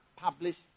published